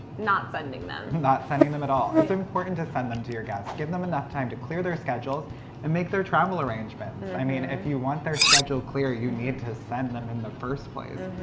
not sending them. not sending them at all. it's important to send them to your guests. give them enough time to clear their schedules and make their travel arrangements. i mean if you want their schedule clear, you need to send them in the first place.